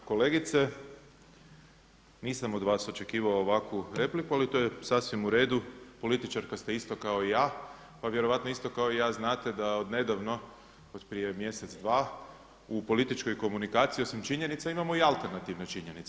Poštovana kolegice, nisam od vas očekivao ovakvu repliku ali to je sasvim u redu, političarka ste isto kao i ja, pa vjerovatno isto kao i ja znate da odnedavno od prije mjesec – dva, u političkoj komunikaciji osim činjenica imamo i alternativne činjenice.